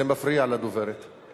וזה מפריע לדוברת,